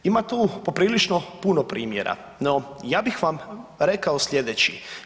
Ima tu poprilično puno primjera, no ja bih vam rekao sljedeće.